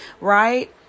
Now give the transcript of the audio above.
right